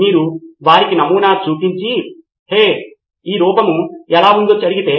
మీరు వారికి నమూనాను చూపించి హే హే ఈ రూపం ఎలా ఉందో అడిగితే